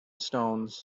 stones